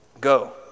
Go